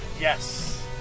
Yes